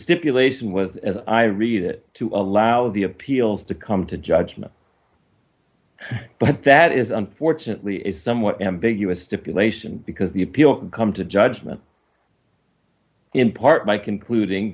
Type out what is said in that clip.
stipulation was as i read it to allow the appeals to come to judgment but that is unfortunately is somewhat ambiguous stipulation because the appeal can come to judgment in part by concluding